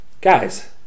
guys